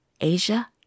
Asia